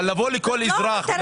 אבל לבוא לכל אזרח,